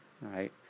right